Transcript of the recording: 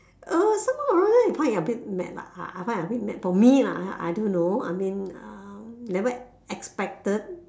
uh somehow or rather I find it a bit mad lah I find a bit mad for me lah I don't know I mean never expected